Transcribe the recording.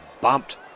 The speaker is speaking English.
bumped